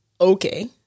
okay